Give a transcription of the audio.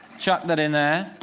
chuck that in there.